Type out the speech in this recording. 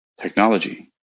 technology